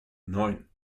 neun